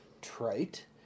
trite